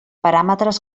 paràmetres